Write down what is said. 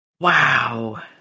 Wow